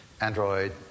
Android